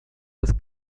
das